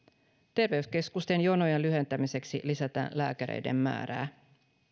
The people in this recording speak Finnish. terveyskeskusten jonojen lyhentämiseksi lisätään lääkäreiden määrää